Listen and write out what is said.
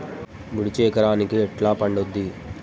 మిర్చి ఎకరానికి ఎట్లా పండుద్ధి?